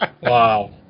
Wow